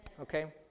Okay